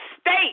state